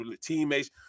teammates